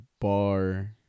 bar